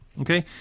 Okay